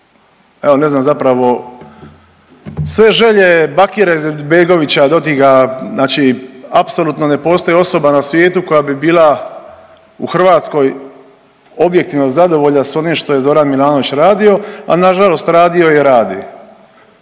evo ne znam zapravo sve želje Bakira Izetbegovića, Dodika, znači apsolutno ne postoji osoba na svijetu koja bi bila u Hrvatskoj objektivno zadovoljna s onim što je Zoran Milanović radio, a nažalost radio je i radi,